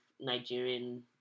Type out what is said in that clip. Nigerian